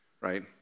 right